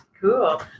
Cool